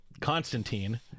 Constantine